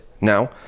now